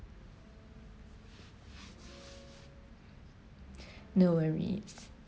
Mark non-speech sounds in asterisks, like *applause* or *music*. *breath* no worries